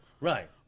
Right